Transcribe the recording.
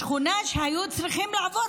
לשכונה שהיו צריכים לעבור,